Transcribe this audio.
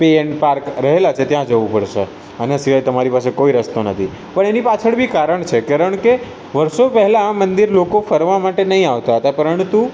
pay and park રહેલાં છે ત્યાં જવું પડશે આના સિવાય તમારી પાસે કોઈ રસ્તો નથી પણ એની પાછળ બી કારણ છે કારણ કે વર્ષો પહેલાં આ મંદિર લોકો ફરવા માટે નહીં આવતા હતા પરંતુ